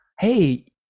hey